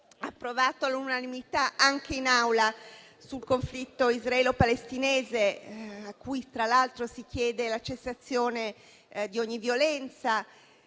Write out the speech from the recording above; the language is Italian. approvato all'unanimità, anche in Aula, sul conflitto israelo-palestinese, in cui tra l'altro si chiede la cessazione di ogni violenza